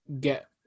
get